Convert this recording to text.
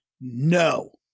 No